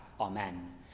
Amen